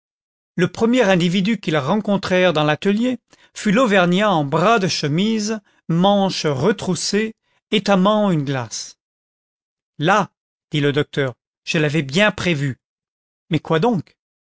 le premier individu qu'ils rencontrèrent dans l'atelier fut l'auvergnat en bras de chemise manches retroussées étamant une glace la dit le docteur je l'avais bien prévu content from google book search generated at mais quoi donc